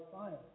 science